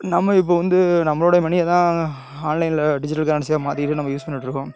நம்ம இப்போ வந்து நம்மளோடைய மணியை தான் ஆன்லைனில் டிஜிட்டல் கரன்சியாக மாற்றிக்கிட்டு நம்ம யூஸ் பண்ணிட்டுருக்கோம்